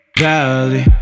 valley